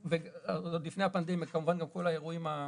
עוד לפני הפנדמיה כמובן גם כל אירוע טבע,